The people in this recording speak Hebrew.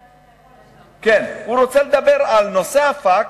הוא רוצה לדבר על נושא הפקס,